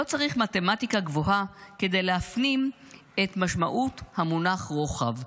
לא צריך מתמטיקה גבוהה כדי להפנים את משמעות המונח 'רוחב'",